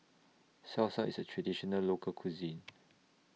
Salsa IS A Traditional Local Cuisine